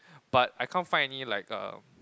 but I can't find any like uh